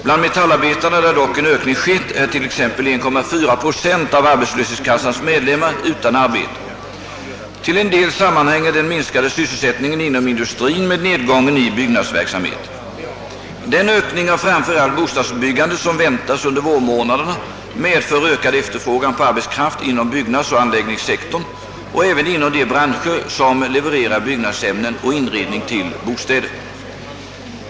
Bland metallarbetarna, där dock en ökning skett, är t.ex. 1,4 procent av arbetslöshetskassans medlemmar utan arbete. Till en del sammanhänger den minskade sysselsättningen inom industrin med nedgången i byggnadsverksamheten. Den ökning av framför allt bostadsbyggandet som väntas under vårmånaderna medför ökad efterfrågan på arbetskraft inom byggnadsoch anläggningssektorn och även inom de branscher som levererar byggnadsämnen och inredning till bostäder.